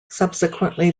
subsequently